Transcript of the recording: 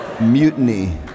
mutiny